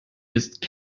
ist